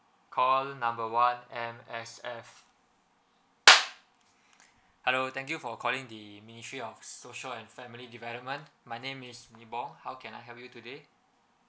call the number one M_S_F hello thank you for calling the ministry of social and family development my name is nebong how can I help you today